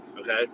okay